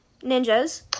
ninjas